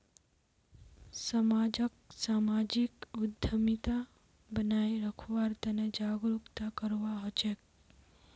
समाजक सामाजिक उद्यमिता बनाए रखवार तने जागरूकता करवा हछेक